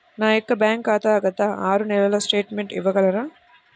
నా యొక్క బ్యాంక్ ఖాతా గత ఆరు నెలల స్టేట్మెంట్ ఇవ్వగలరా?